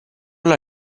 alla